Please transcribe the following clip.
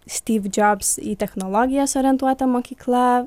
styv džiobs į technologijas orientuota mokykla